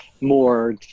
more